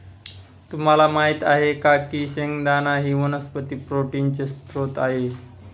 तुम्हाला माहित आहे का की शेंगदाणा ही वनस्पती प्रोटीनचे स्त्रोत आहे